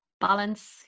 balance